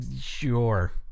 Sure